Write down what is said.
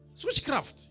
Switchcraft